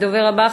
הדובר הבא,